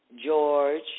George